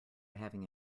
having